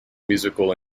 musical